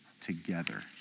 together